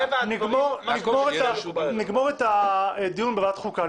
נסיים את הדיון בוועדת חוקה,